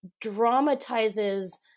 dramatizes